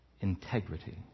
Integrity